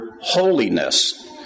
holiness